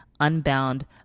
unbound